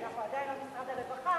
כי אנחנו עדיין לא משרד הרווחה,